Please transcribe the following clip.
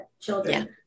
children